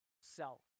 self